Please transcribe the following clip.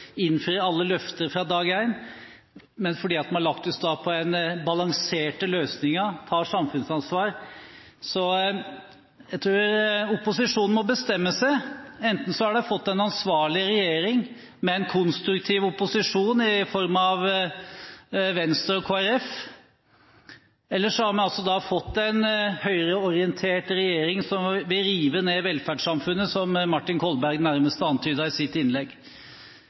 alle løfter fra dag én, og fordi vi har lagt oss på balanserte løsninger og tar samfunnsansvar. Jeg tror opposisjonen må bestemme seg: Enten har vi fått en ansvarlig regjering med en konstruktiv opposisjon i form av Venstre og Kristelig Folkeparti, eller så har vi fått en høyreorientert regjering som vil rive ned velferdssamfunnet, som Martin Kolberg nærmest antydet i sitt innlegg.